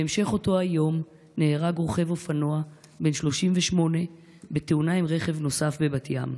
בהמשך אותו היום נהרג רוכב אופנוע בן 38 בתאונה עם רכב נוסף בבת ים.